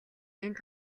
энд